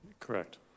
Correct